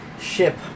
ship